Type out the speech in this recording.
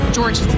George